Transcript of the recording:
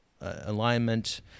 alignment